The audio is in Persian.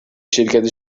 شرکت